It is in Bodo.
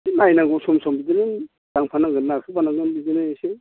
नायनांगौ सम सम बिदिनो नांफानांगोन नारखो फानांगोन बिदिनो एसे